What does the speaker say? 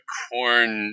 corn